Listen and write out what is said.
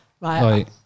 Right